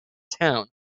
town